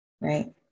right